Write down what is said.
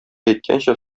әйткәнчә